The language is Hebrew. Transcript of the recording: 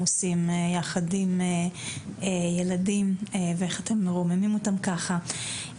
עושים יחד עם ילדם ואיך אתם מרוממים אותם ככה.